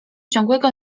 ciągłego